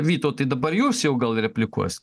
vytautai dabar jūs jau gal replikuosit